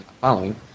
Following